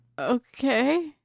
Okay